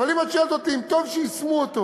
אבל אם את שואלת אותי אם טוב שיישמו אותו